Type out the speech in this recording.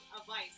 advice